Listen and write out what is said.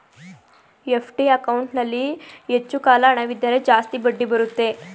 FD ಅಕೌಂಟಲ್ಲಿ ಹೆಚ್ಚು ಕಾಲ ಹಣವಿದ್ದರೆ ಜಾಸ್ತಿ ಬಡ್ಡಿ ಬರುತ್ತೆ